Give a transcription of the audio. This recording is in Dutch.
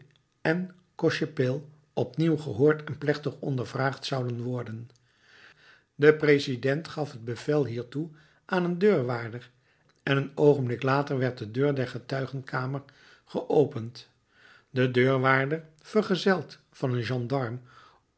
en cochepaille opnieuw gehoord en plechtig ondervraagd zouden worden de president gaf het bevel hiertoe aan een deurwaarder en een oogenblik later werd de deur der getuigenkamer geopend de deurwaarder vergezeld van een